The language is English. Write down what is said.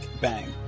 Bang